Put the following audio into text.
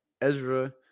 Ezra